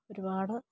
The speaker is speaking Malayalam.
ഒരുപാട്